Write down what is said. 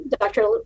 Dr